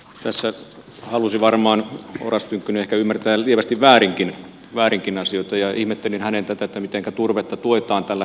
tässä halusi oras tynkkynen ehkä ymmärtää lievästi väärinkin asioita ja ihmettelin hänen tätä väitettään mitenkä turvetta tuetaan tällä hetkellä miljoonilla euroilla